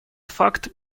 факт